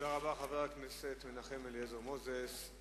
תודה רבה, חבר הכנסת מנחם אליעזר מוזס.